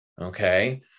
okay